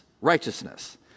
Righteousness